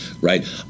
right